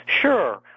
Sure